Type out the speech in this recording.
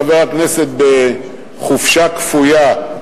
חבר הכנסת בחופשה כפויה,